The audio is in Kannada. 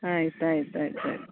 ಆಯ್ತು ಆಯ್ತು ಆಯ್ತು ಆಯ್ತು